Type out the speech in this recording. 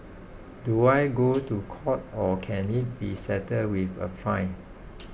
do I go to court or can it be settled with a fine